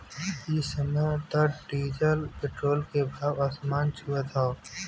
इ समय त डीजल पेट्रोल के भाव आसमान छुअत हौ